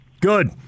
Good